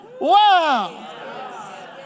Wow